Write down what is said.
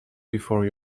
before